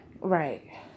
Right